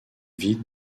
vide